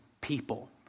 people